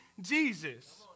Jesus